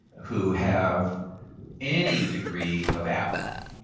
who have any degree of apathy.